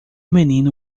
menino